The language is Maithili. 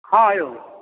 हॅं यौ